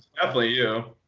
definitely you.